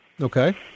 Okay